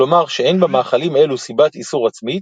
כלומר שאין במאכלים אלו סיבת איסור עצמית,